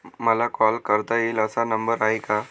मला कॉल करता येईल असा नंबर आहे का?